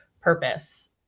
purpose